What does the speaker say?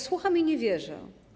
Słucham i nie wierzę.